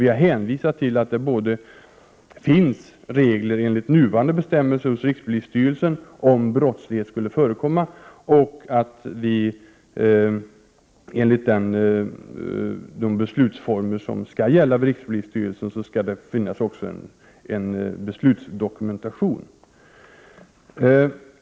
Vi har hänvisat dels till de regler som redan finns för polisen för det fall brottslighet skulle förekomma i verksamheten, dels till att det enligt den beslutsordning som skall gälla för rikspolisstyrelsen också skall ske en beslutsdokumentation.